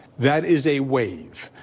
that is a wave.